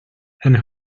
and